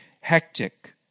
hectic